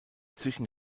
zwischen